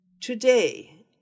Today